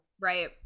Right